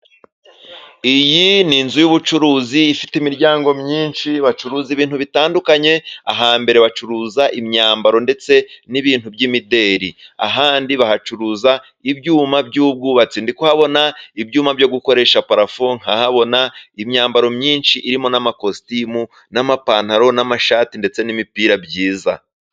Iyi ni inzu y'ubucuruzi ifite imiryango myinshi. Bacuruza ibintu bitandukanye. And hambere bacuruza imyambaro ndetse n'ibintu by'imideli. Ahandi bahacuruza ibyuma by'ubwubatsi. Ndi kuhabona ibyuma byo gukoresha parafo, nkahabona imyambaro myinshi irimo n'amakositimu, n'amapantaro, n'amashati ndetse n'imipira byiza.